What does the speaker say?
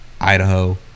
Idaho